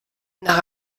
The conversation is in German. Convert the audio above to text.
nach